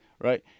Right